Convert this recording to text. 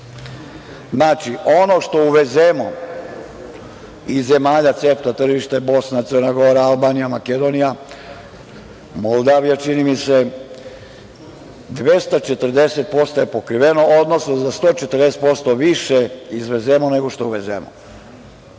Znači, ono što uvezemo iz zemalja CEFTA tržišta je Bosna, Crna Gora, Albanija, Makedonija, Moldavija, čini mi se i 240% je pokriveno, odnosno za 140% više izvezemo nego što uvezemo. Zato